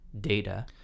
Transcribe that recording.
data